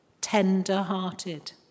tender-hearted